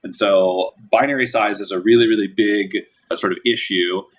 and so binary size is a really, really big ah sort of issue,